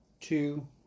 two